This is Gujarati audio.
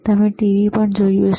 તમે ટીવી પણ જોયું હશે